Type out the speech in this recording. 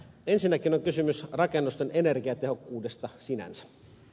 ensinnäkin on kysymys rakennusten energiatehokkuudesta sinänsä